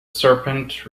serpent